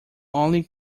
only